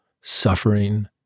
suffering